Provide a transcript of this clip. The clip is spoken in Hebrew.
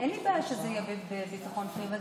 אין לי בעיה שזה יהיה בביטחון פנים,